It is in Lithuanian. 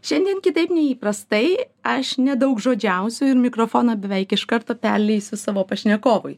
šiandien kitaip nei įprastai aš nedaugžodžiausiu ir mikrofoną beveik iš karto perleisiu savo pašnekovui